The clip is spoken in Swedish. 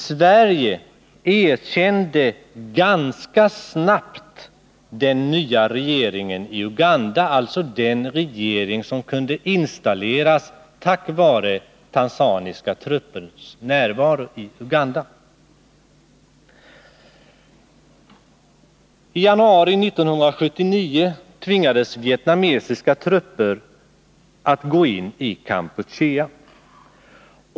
Sverige erkände ganska snabbt den nya regeringen i Uganda, alltså den regering som kunde installeras tack vare tanzaniska truppers närvaro i Uganda. I januari 1979 tvingades vietnamesiska trupper att gå in i Kampuchea.